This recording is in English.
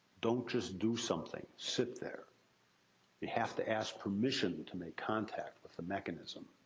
don't just do something. sit there. you have to ask permission to make contact with the mechanism.